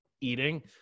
eating